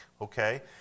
okay